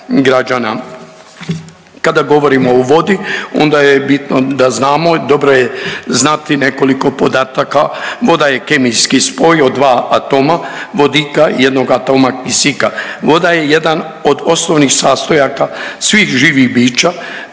Kada govorimo o vodi onda je bitno da znamo, dobro je znati nekoliko podataka. Voda je kemijski spoj od dva atoma vodika i jednog atoma kisika. Voda je jedan od osnovnih sastojaka svih živih bića.